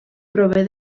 prové